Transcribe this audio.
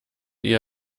eher